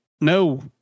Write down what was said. no